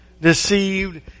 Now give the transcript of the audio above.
deceived